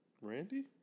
Randy